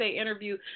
interview